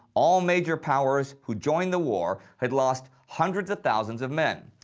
all major powers who joined the war had lost hundreds of thousands of men,